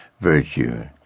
virtue